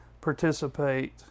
participate